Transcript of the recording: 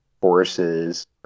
forces